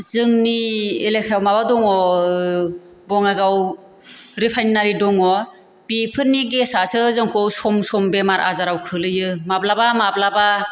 जोंनि एलेकायाव माबा दङ बङाइगाव रिपाइनारि दङ बेफोरनि गेसासो जोंखौ सम सम बेमार आजाराव खोलैयो माब्लाबा माब्लाबा